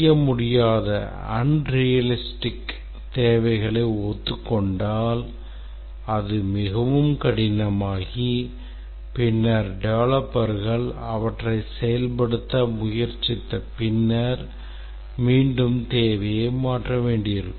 செய்ய முடியாத தேவைகளை ஒத்துக்கொண்டால் அது மிகவும் கடினமாகி பின்னர் டெவலப்பர்கள் அவற்றை செயல்படுத்த முயற்சித்த பின்னர் மீண்டும் தேவையை மாற்ற வேண்டியிருக்கும்